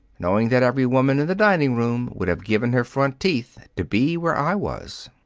knowing that every woman in the dining-room would have given her front teeth to be where i was.